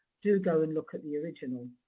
do go and look at the original,